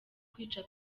kwica